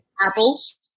apples